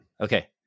Okay